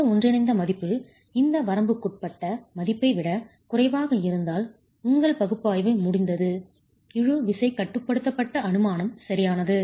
அந்த ஒன்றிணைந்த மதிப்பு இந்த வரம்புக்குட்பட்ட மதிப்பை விட குறைவாக இருந்தால் உங்கள் பகுப்பாய்வு முடிந்தது இழு விசைகட்டுப்படுத்தப்பட்ட அனுமானம் சரியானது